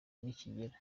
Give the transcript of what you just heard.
nikigera